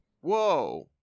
Whoa